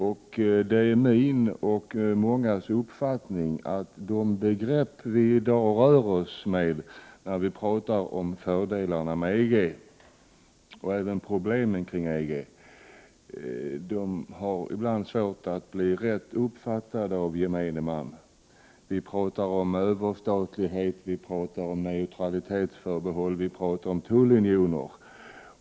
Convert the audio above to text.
Det är min och många andras uppfattning att de begrepp vi i dag rör oss med när vi talar om fördelarna med EG och även om problemen med EG ofta är svåra för gemene man att uppfatta. Vi talar om överstatlighet, om neutralitetsförbehåll och om tullunioner.